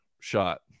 shot